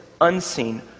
unseen